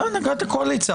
זה הנהגת הקואליציה.